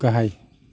गाहाय